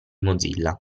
mozilla